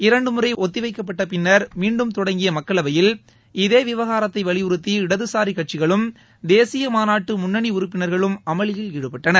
இரண்டு முறை ஒத்தி வைக்கப்பட்ட பின்னர் மீன்டும் தொடங்கிய மக்களவையில் இதே விவகாரத்தை வலியுறத்தி இடதுசாரி கட்சிகளும் தேசிய மாநாட்டு முன்னணி உறுப்பினர்களும் அமளியில் ஈடுபட்டனர்